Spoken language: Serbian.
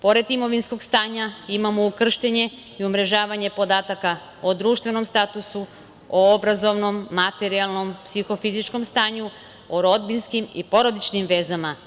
Pored imovinskog stanja imamo ukrštanje i umrežavanje podataka o društvenom statusu, o obrazovnom, materijalnom, psihofizičkom stanju, o rodbinskim i porodičnim vezama.